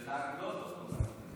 ולהגלות אותו גם.